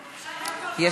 בהצבעה.